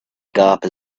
gap